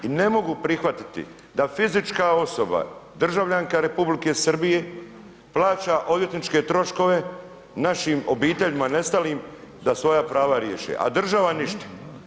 I ne mogu prihvatiti da fizička osoba, državljanka Republike Srbije plaća odvjetničke troškove našim obiteljima nestalim da svoja prava riješe, a država ništa.